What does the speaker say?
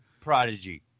prodigy